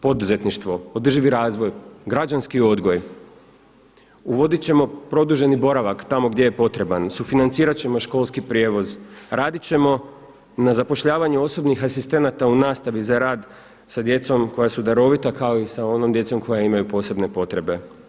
Poduzetništvo, održivi razvoj, građanski odgoj, uvodit ćemo produženi boravak tamo gdje je potreban, sufinancirat ćemo školski prijevoz, radit ćemo na zapošljavanju osobnih asistenata u nastavi za rad sa djecom koja su darovita kao i sa onom djecom koja imaju posebne potrebe.